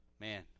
man